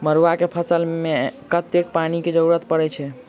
मड़ुआ केँ फसल मे कतेक पानि केँ जरूरत परै छैय?